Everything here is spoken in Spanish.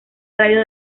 radio